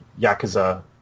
yakuza